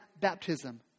baptism